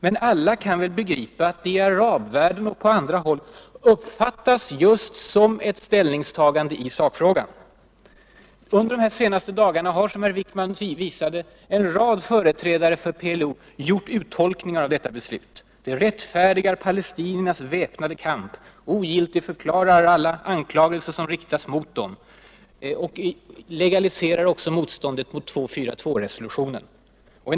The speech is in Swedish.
Men alla kan väl begripa att det i arabvärlden och på annat håll uppfattas just som ett ställningstagande i sakfrågan. Under de senaste dagarna har, som herr Wijkman påvisade, en rad företrädare för PLO gjort uttolkningar av detta beslut. Det ”rättfärdigar palestiniernas väpnade kamp och ogiltigförklarar alla anklagelser som riktas mot den”. Det legaliserar också motståndet mot resolution nr 242, sade en företrädare.